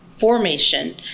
formation